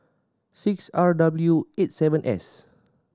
six R W eight seven S